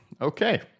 Okay